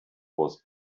was